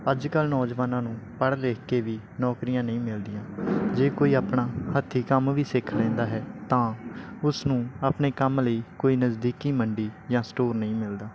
ਅੱਜ ਕੱਲ੍ਹ ਨੌਜਵਾਨਾਂ ਨੂੰ ਪੜ੍ਹ ਲਿਖ ਕੇ ਵੀ ਨੌਕਰੀਆਂ ਨਹੀਂ ਮਿਲਦੀਆਂ ਜੇ ਕੋਈ ਆਪਣਾ ਹੱਥੀਂ ਕੰਮ ਵੀ ਸਿੱਖ ਲੈਂਦਾ ਹੈ ਤਾਂ ਉਸ ਨੂੰ ਆਪਣੇ ਕੰਮ ਲਈ ਕੋਈ ਨਜ਼ਦੀਕੀ ਮੰਡੀ ਜਾਂ ਸਟੋਰ ਨਹੀਂ ਮਿਲਦਾ